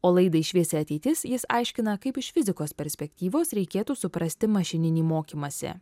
o laidai šviesi ateitis jis aiškina kaip iš fizikos perspektyvos reikėtų suprasti mašininį mokymąsi